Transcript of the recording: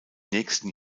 nächsten